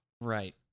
Right